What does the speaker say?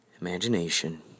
imagination